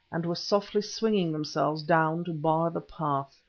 and were softly swinging themselves down to bar the path.